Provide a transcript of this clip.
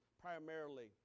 primarily